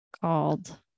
called